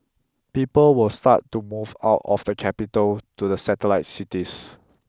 people will start to move out of the capital to the satellite cities